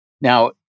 Now